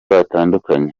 batandukanye